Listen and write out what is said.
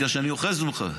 בגלל שאני אוחז ממך,